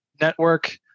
network